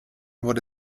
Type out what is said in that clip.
wurde